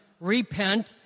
Repent